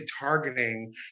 targeting